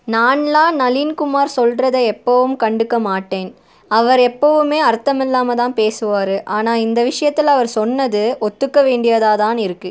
நானெலாம் நளீன் குமார் சொல்றதை எப்பவும் கண்டுக்க மாட்டேன் அவர் எப்போவுமே அர்த்தமில்லாமல்தான் பேசுவார் ஆனால் இந்த விஷயத்துல அவர் சொன்னது ஒத்துக்க வேண்டியதாகதான் இருக்குது